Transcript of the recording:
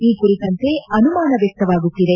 ಈ ಕುರಿತಂತೆ ಅನುಮಾನ ವ್ಯಕ್ತವಾಗುತ್ತಿದೆ